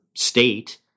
state